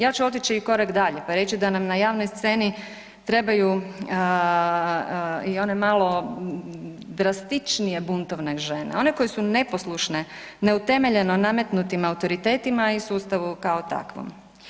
Ja ću otići i korak dalje, pa reći da nam na javnoj sceni trebaju i one malo drastičnije buntovne žene, one koje su neposlušne neutemeljeno nametnutim autoritetima i sustavu kao takvom.